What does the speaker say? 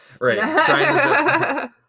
Right